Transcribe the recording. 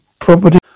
property